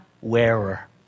wearer